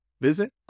Visit